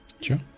Sure